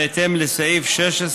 בהתאם לסעיף 16